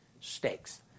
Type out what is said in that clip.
Stakes